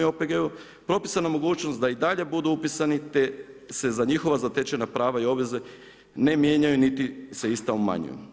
Propisana mogućnost da i dalje budu upisani te se za njihova zatečena prava i obveze ne mijenjaju niti se ista umanjuju.